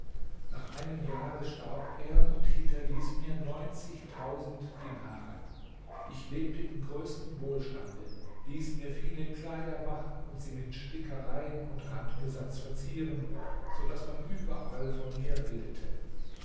nach einem jahre starb er und hinterließ mir dinare ich lebte im größten wohlstande ließ mir viele kleider machen und sie mit stickereien und randbesatz verzieren so daß man überall von mir redete